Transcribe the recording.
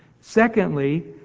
Secondly